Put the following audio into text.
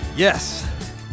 Yes